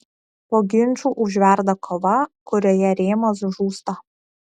po ginčų užverda kova kurioje rėmas žūsta